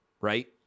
right